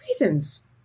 reasons